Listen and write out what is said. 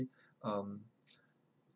um